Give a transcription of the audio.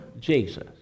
Jesus